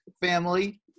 family